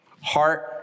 heart